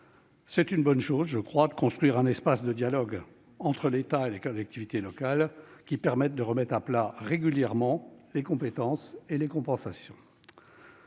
c'est une bonne chose de construire un espace de dialogue entre l'État et les collectivités locales. Celui-ci permettra de remettre à plat régulièrement les compétences et les compensations.